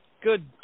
good